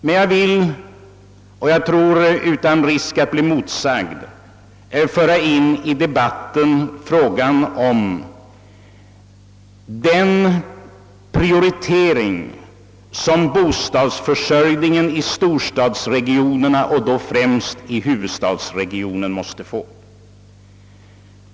Men jag vill — jag tror utan risk att bli motsagd — föra in i debatten fråsan om den prioritering som bostadsförsörjningen i storstadsregionerna och då främst i huvudstadsregionen måste få.